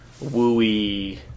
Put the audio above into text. wooey